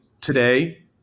today